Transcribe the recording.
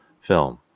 film